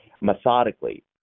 methodically